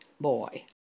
boy